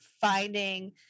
finding